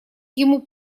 ему